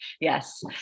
yes